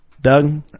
Doug